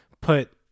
put